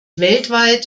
weltweit